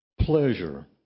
pleasure